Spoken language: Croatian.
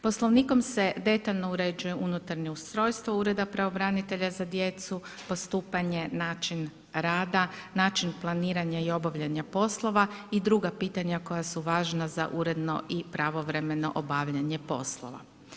Poslovnikom se detaljno uređuje unutarnje ustrojstvo Ureda pravobranitelja za djecu, postupanje, način rada, način planiranja i obavljanja poslova i druga pitanja koja su važna za uredno i pravovremeno obavljanje poslova.